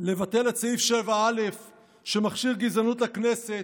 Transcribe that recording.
לבטל את סעיף 7א שמכשיר גזענות לכנסת,